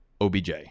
OBJ